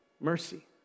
mercy